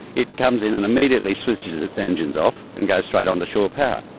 it comes in and immediately switches its engines off and goes straight on to shore power.